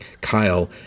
Kyle